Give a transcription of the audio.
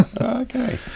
Okay